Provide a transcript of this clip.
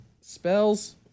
Spells